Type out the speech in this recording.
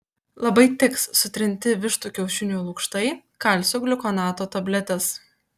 labai tiks sutrinti vištų kiaušinių lukštai kalcio gliukonato tabletės